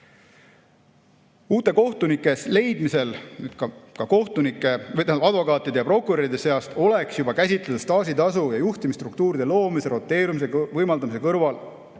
Uute kohtunike leidmisel ka advokaatide ja prokuröride seast oleks juba käsitletud staažitasu ja juhtimisstruktuuride loomise ja roteerumise võimaldamise kõrval